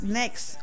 next